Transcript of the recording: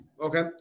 Okay